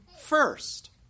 first